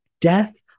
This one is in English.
Death